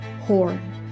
horn